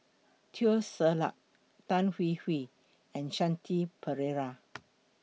Teo Ser Luck Tan Hwee Hwee and Shanti Pereira